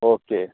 okay